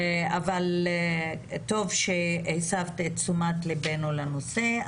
אבל טוב שהסבת את תשומת ליבנו לנושא.